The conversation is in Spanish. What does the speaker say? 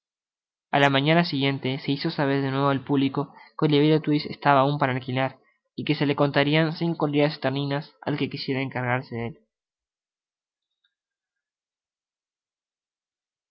a la mañana siguiente se hizo saber de nuevo al público q ue oliverio twist estaba aun para alquilar y que se le contaria cincos al que quisiera encargarse de él